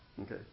Okay